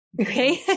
Okay